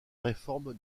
réforme